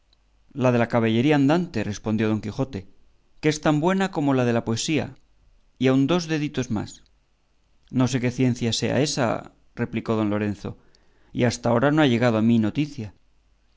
la de la caballería andante respondió don quijote que es tan buena como la de la poesía y aun dos deditos más no sé qué ciencia sea ésa replicó don lorenzo y hasta ahora no ha llegado a mi noticia